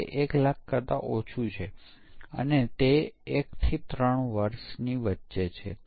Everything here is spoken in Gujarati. જ્યારે હાર્ડવેરમાં આપણે જાણીએ છીએ કે ત્યાં ભૂલોની 4 અથવા 5 કેટેગરી હોઈ શકે છે